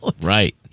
Right